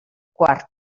quart